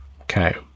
Okay